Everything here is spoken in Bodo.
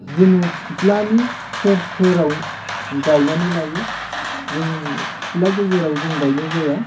जोङो सिथ्लानि सेर सेराव गायनानै लायो जों सिथ्ला गेजेराव जों गायनाय जाया